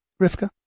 Rivka